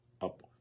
up